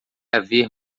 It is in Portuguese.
haver